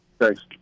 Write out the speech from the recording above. Thanks